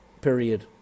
period